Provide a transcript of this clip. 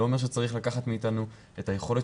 זה לא אומר שצריך לקחת מאתנו את היכולת